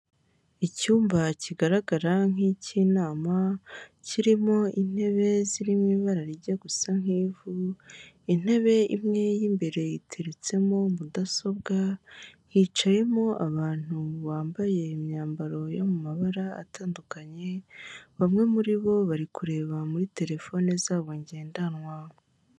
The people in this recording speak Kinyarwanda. Icyumba kigaragara nk'icy'inama kirimo intebe zirimo ibara rijya gusa nk'ivu, intebe imwe y'imbere iteretsemo mudasobwa, hicayemo abantu bambaye imyambaro yo mu mabara atandukanye, bamwe muri bo bari kureba muri terefone zabo ngendanwa.